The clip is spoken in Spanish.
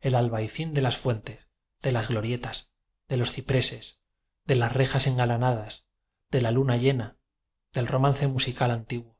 el albayzín de las fuentes de las glo rietas de los cipreces de las rejas engala nadas de la luna llena del romance musi cal antiguo